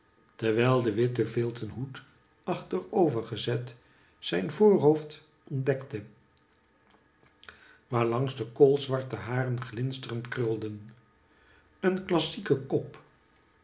terwijl de witte vilten hoed achterover gezet zijn voorhoofd ontdekte waarlangs de koolzwarte haren ghnsterend krulden een klassieke kop